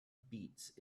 beats